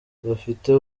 bafite